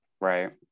right